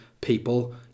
people